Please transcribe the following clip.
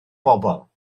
bobl